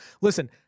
Listen